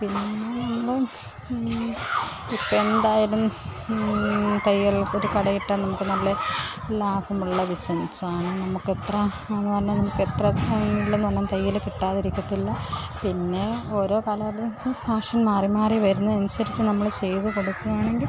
പിന്നെ നമ്മൾ ഇപ്പം എന്തായാലും തയ്യൽ ഒരു കട ഇട്ടാൽ നമുക്ക് നല്ല ലാഭമുള്ള ബിസിനസ്സാണ് നമുക്ക് എത്ര പറഞ്ഞാലും നമുക്ക് എത്ര സമയില്ലെന്ന് പറഞ്ഞാലും തയ്യൽ കിട്ടാതിരിക്കത്തില്ല പിന്നെ ഓരോ കാലഘട്ടത്തിലും ഫാഷൻ മാറി മാറി വരുന്നത് അനുസരിച്ച് നമ്മൾ ചെയ്ത് കൊടുക്കുക ആണെങ്കിൽ